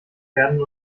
werden